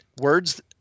Words